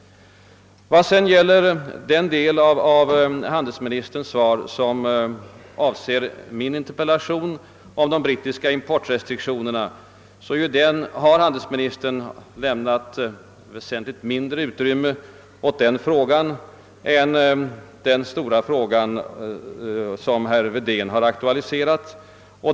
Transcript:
Vad sedan gäller den del av handelsministerns svar som avser min interpellation om de brittiska importrestriktionerna har handelsministern lämnat väsentligt mindre utrymme åt denna sak än åt den stora fråga som herr Wedén har aktualiserat.